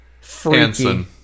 freaky